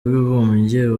w’abibumbye